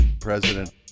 President